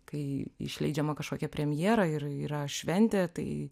kai išleidžiama kažkokia premjera ir yra šventė tai